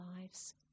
lives